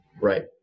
Right